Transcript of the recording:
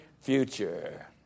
Future